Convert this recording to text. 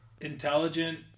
intelligent